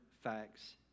facts